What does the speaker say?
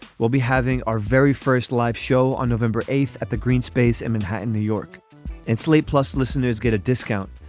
we'll be having our very first live show on november eighth at the green space in manhattan new york and slate plus listeners get a discount.